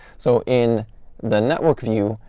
so in the network view,